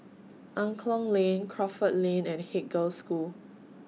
Angklong Lane Crawford Lane and Haig Girls' School